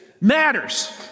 matters